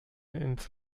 ins